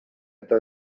eta